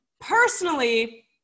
Personally